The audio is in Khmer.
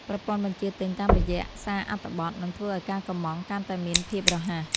ប្រព័ន្ធបញ្ជាទិញតាមរយៈសារអត្ថបទ នឹងធ្វើឱ្យការកុម្ម៉ង់កាន់តែមានភាពរហ័ស។